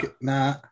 Nah